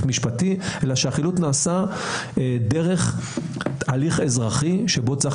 משפטי אלא שהחילוט נעשה דרך הליך אזרחי שבו צריך